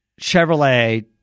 Chevrolet